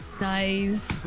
nice